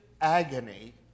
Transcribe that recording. agony